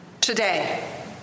Today